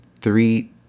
Three